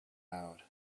out